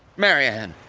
marianne,